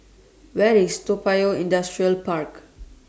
Where IS Toa Payoh Industrial Park